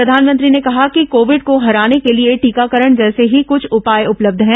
प्रधानमंत्री ने कहा कि कोविड को हराने के लिए टीकाकरण जैसे ही कुछ उपाय उपलब्य हैं